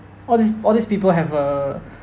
all these all these people have uh